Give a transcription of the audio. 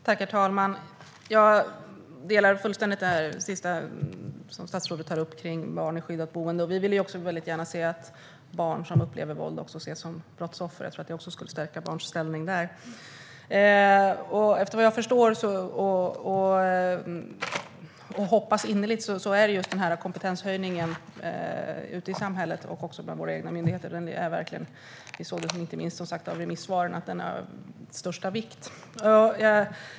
Herr talman! Jag delar helt det som statsrådet tar upp kring barn med skyddat boende. Vi vill också gärna se att barn som upplever våld ska ses som brottsoffer. Det tror jag skulle stärka barnens rättsliga ställning. Kompetenshöjningen ute i samhället och bland våra egna myndigheter är verkligen av största vikt. Det såg vi som sagt inte minst i remissvaren.